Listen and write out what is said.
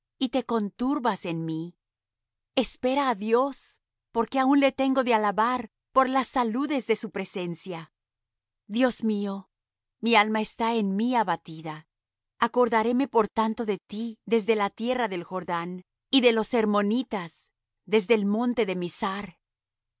y te conturbas en mí espera á dios porque aun le tengo de alabar por las saludes de su presencia dios mío mi alma está en mí abatida acordaréme por tanto de ti desde tierra del jordán y de los hermonitas desde el monte de mizhar un